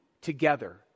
together